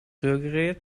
rührgerät